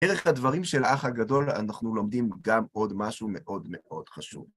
דרך הדברים של האח הגדול אנחנו לומדים גם עוד משהו מאוד מאוד חשוב.